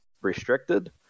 restricted